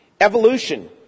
Evolution